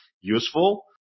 useful